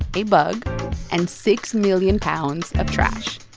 a bug and six million pounds of trash